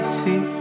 see